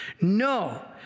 No